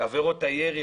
עבירות היירי,